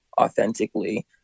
authentically